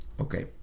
Okay